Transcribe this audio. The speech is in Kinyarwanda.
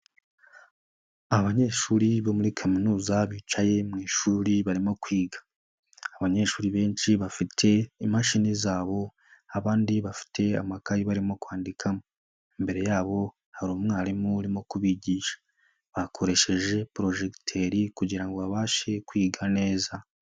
Abanyeshuri bo muri kaminuza bicaye mu ishuri barimo kwiga, abanyeshuri benshi bafite imashini zabo abandi bafite amakayi barimo kwandikamo, imbere yabo hari umwarimu urimo kubigisha bakoresheje porojegiteri kugira ngo babashe kwiga neza.